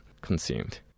consumed